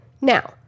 now